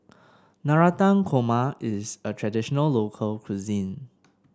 Navratan Korma is a traditional local cuisine